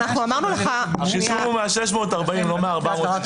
אמרנו לך --- קיבלו מאותם 640,000 לא מ-420,000.